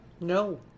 No